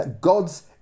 God's